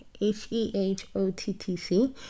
H-E-H-O-T-T-C